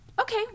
Okay